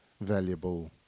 valuable